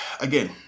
again